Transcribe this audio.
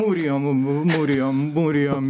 mūrijom mūrijom mūrijom